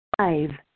five